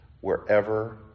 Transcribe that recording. wherever